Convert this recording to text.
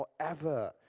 forever